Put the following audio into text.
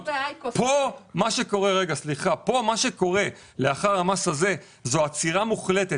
כאן מה שקורה לאחר המס הזה, זאת עצירה מוחלטת.